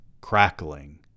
crackling